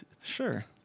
Sure